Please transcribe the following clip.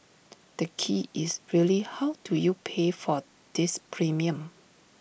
the key is really how do you pay for this premium